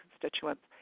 constituents